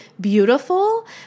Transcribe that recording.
beautiful